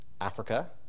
Africa